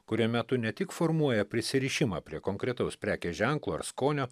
kuriame tu ne tik formuoja prisirišimą prie konkretaus prekės ženklo ar skonio